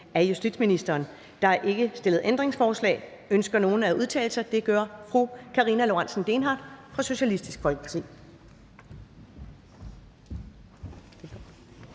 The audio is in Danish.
Ellemann): Der er ikke stillet ændringsforslag. Ønsker nogen at udtale sig? Det gør fru Karina Lorentzen Dehnhardt fra Socialistisk Folkeparti.